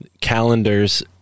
calendars